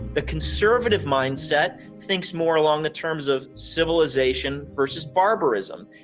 the conservative mindset thinks more along the terms of civilisation versus barbarism.